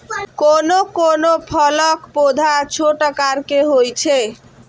कोनो कोनो फलक पौधा छोट आकार के होइ छै